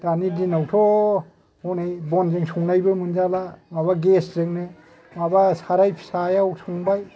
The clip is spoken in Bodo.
दानि दिनावथ' हनै बनजों संनायबो मोनजाला माबा गेसजोंनो माबा साराइ फिसायाव संबाय